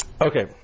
Okay